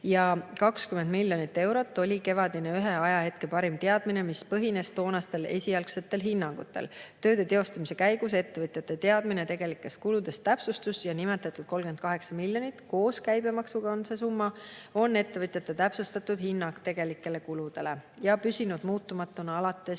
ja 20 miljonit eurot oli kevadel parim teadmine, mis põhines toonastel esialgsetel hinnangutel. Tööde teostamise käigus ettevõtjate teadmine tegelikest kuludest täpsustus ja nimetatud 38 miljonit – koos käibemaksuga on see summa – on ettevõtjate täpsustatud hinnang tegelike kulude kohta ja see on püsinud muutumatuna alates